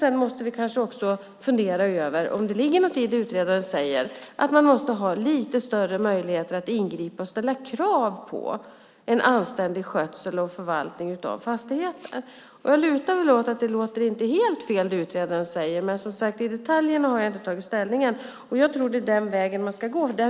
Vi måste kanske också fundera på om det ligger något i det utredaren säger: att man måste ha lite större möjligheter att ingripa och ställa krav på anständig skötsel och förvaltning av fastigheter. Jag lutar väl åt att det som utredaren säger inte låter helt fel. Men i fråga om detaljerna har jag, som sagt, ännu inte tagit ställning. Jag tror att det är den vägen man ska gå.